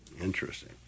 interesting